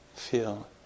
feel